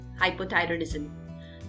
hypothyroidism